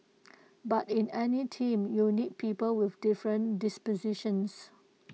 but in any team you need people with different dispositions